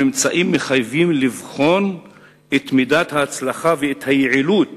הממצאים מחייבים לבחון את מידת ההצלחה ואת היעילות